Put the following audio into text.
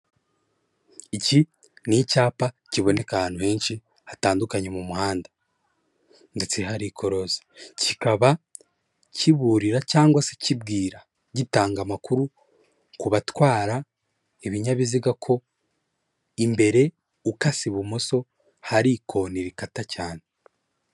Iki ni icyapa kiboneka ahantu henshi hatandukanye mu muhanda. Ndetse hari ikorosi. kikaba kiburira cyangwa se gitanga amakuru ku batwara ibinyabiziga ko imbere ukase ibumoso hari ikoni rikata cyane.